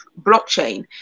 blockchain